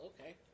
okay